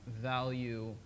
value